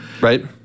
Right